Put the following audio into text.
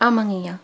ஆமாங்கய்யா